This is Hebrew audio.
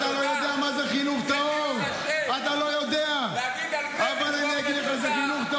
אתה לא יודע מה זה חינוך,